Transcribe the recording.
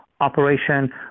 operation